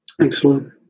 Excellent